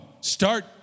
Start